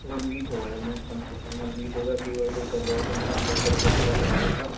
one week ہو گیا میرا کم سے کم ون ویک ہوگیا فیور تو اتر گیا تھا میں نے بلیڈ ٹیسٹ وغیرہ کرایا تھا